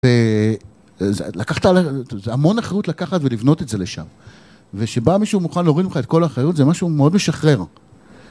אה.. זה.. לקחת על.. זה המון אחריות לקחת ולבנות את זה לשם ושבא מישהו מוכן להוריד ממך את כל האחריות זה משהו מאוד משחרר